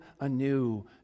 anew